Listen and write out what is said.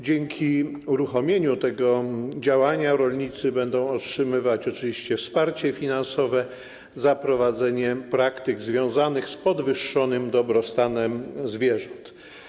Dzięki uruchomieniu tego działania rolnicy będą otrzymywać oczywiście wsparcie finansowe za prowadzenie praktyk związanych z podwyższonym dobrostanem zwierząt.